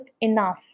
enough